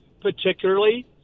particularly